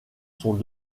sont